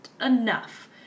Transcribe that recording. enough